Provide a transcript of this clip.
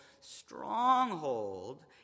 stronghold